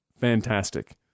fantastic